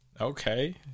Okay